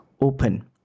open